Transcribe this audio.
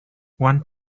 want